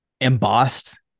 embossed